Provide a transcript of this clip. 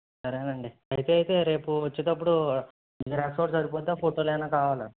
సరే అండి అయితే అయితే రేపు వచ్చేదప్పుడు జిరాక్స్ ఒకటి సరిపోద్దా ఫోటోలు ఏమన్న కావాలా